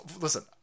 Listen